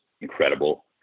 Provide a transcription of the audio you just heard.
incredible